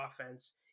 offense